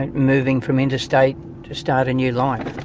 and moving from interstate to start a new life.